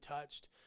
touched